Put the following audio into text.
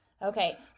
Okay